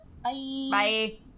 Bye